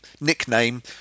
nickname